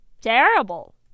terrible